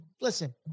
listen